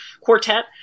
quartet